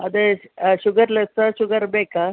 ಅದೇ ಶುಗರ್ಲೆಸ್ಸಾ ಶುಗರ್ ಬೇಕಾ